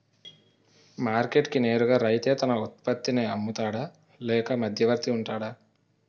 Market కి నేరుగా రైతే తన ఉత్పత్తి నీ అమ్ముతాడ లేక మధ్యవర్తి వుంటాడా?